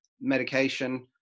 medication